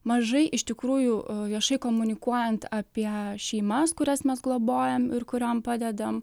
mažai iš tikrųjų viešai komunikuojant apie šeimas kurias mes globojam ir kuriom padedam